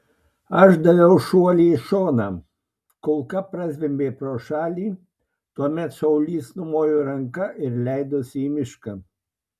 aš daviau šuolį į šoną kulka prazvimbė pro šalį tuomet šaulys numojo ranka ir leidosi į mišką